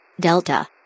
Delta